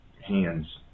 hands